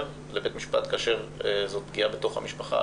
לבית המשפט כאשר זו פגיעה בתוך המשפחה,